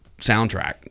soundtrack